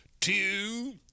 two